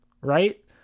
Right